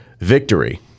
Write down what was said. victory